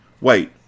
Wait